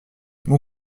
bon